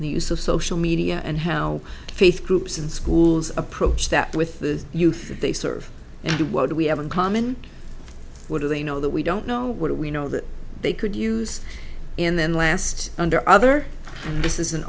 use of social media and how faith groups and schools approach that with the youth they serve and what we have in common what do they know that we don't know what do we know that they could use and then last under other this is an